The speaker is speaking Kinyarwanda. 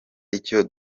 icyo